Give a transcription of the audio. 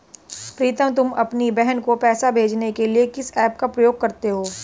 प्रीतम तुम अपनी बहन को पैसे भेजने के लिए किस ऐप का प्रयोग करते हो?